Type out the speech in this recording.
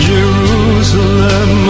Jerusalem